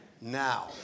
Now